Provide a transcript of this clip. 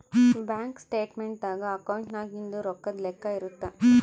bank statement ದಾಗ ಅಕೌಂಟ್ನಾಗಿಂದು ರೊಕ್ಕದ್ ಲೆಕ್ಕ ಇರುತ್ತ